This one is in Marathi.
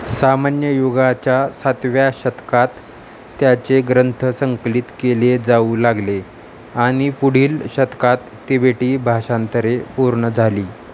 सामान्य युगाच्या सातव्या शतकात त्याचे ग्रंथ संकलित केले जाऊ लागले आणि पुढील शतकात तिबेटी भाषांतरे पूर्ण झाली